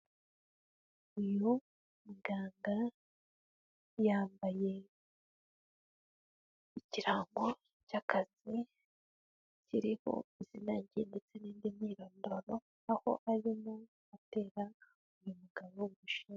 Uyu muganga yambaye ikirango cy'akazi, kiriho izina rye ndetse n'indi myirondoro, aho arimo atera uyu mugabo urushinge.